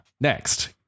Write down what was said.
Next